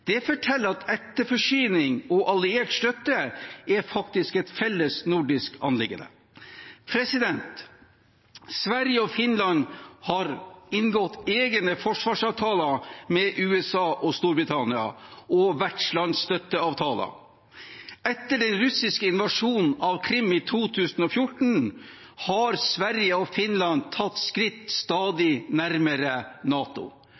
Det forteller at etterforsyning og alliert støtte faktisk er et fellesnordisk anliggende. Sverige og Finland har inngått egne forsvarsavtaler med USA og Storbritannia og vertslandsstøtteavtaler. Etter den russiske invasjonen av Krim i 2014 har Sverige og Finland stadig tatt skritt stadig nærmere NATO,